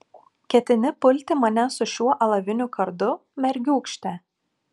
ketini pulti mane su šiuo alaviniu kardu mergiūkšte